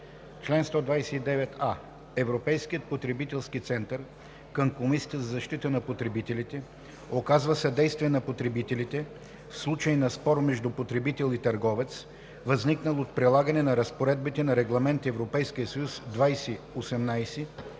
„Чл. 129а. Европейският потребителски център към Комисията за защита на потребителите оказва съдействие на потребителите в случай на спор между потребител и търговец, възникнал от прилагане на разпоредбите на Регламент (ЕС)